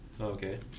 Okay